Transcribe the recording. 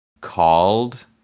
called